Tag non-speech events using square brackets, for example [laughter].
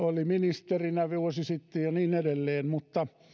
[unintelligible] oli ministerinä vuosi sitten ja niin edelleen mutta